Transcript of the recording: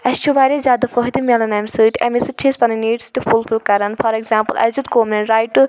اسہِ چھُ واریاہ زیادٕ فایدٕ میلان اَمہِ سۭتۍ اَمے سۭتۍ چھِ أسۍ پَنٕنۍ نیٖڈٕس تہِ فُل فِل کران فار ایٚکزامپٕل اسہِ دیٛت رایٹ ٹُو